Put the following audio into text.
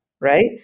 right